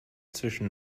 zwischen